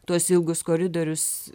tuos ilgus koridorius